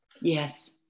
Yes